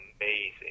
amazing